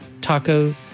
taco